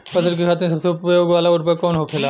फसल के खातिन सबसे उपयोग वाला उर्वरक कवन होखेला?